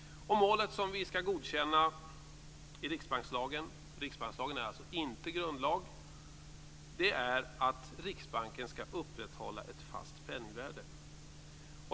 Målet som vi skall godkänna i riksbankslagen, som inte är en grundlag, är att Riksbanken skall upprätthålla ett fast penningvärde.